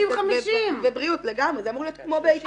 כן, 50/50. לגמרי, זה אמור להיות כמו באיתנים.